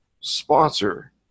sponsor